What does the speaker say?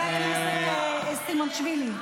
על חוק ההשתמטות אתם מזדעקים?